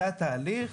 זה התהליך.